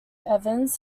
evans